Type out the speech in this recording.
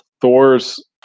Thor's